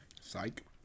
Psych